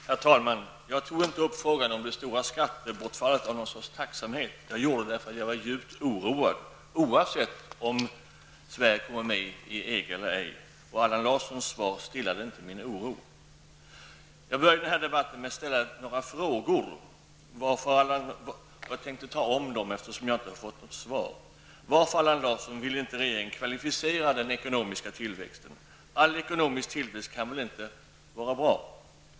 Herr talman! Jag tog inte upp frågan om det stora skattebortfallet av någon sorts tacksamhet, utan för att jag är djupt oroad, oavsett om Sverige kommer med i EG eller ej. Allan Larssons svar stillade inte min oro. Jag inledde med att ställa några frågor och jag tänker upprepa dem, eftersom jag inte har fått något svar. Varför vill inte regeringen kvalificera den ekonomiska tillväxten? All ekonomisk tillväxt kan väl inte vara bra?